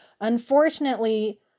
Unfortunately